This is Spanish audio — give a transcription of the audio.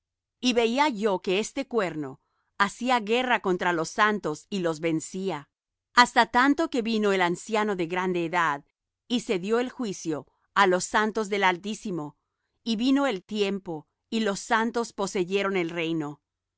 y veía yo que este cuerno hacía guerra contra los santos y los vencía hasta tanto que vino el anciano de grande edad y se dió el juicio á los santos del altísimo y vino el tiempo y los santos poseyeron el reino